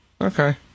Okay